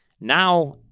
Now